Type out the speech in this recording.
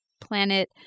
planet